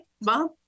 mom